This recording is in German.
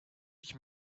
ich